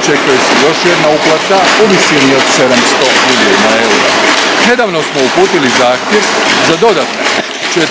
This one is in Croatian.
očekuje se još jedna uplata u visini od 700 milijuna eura. Nedavno smo uputili zahtjev za dodatne 4,4 milijarde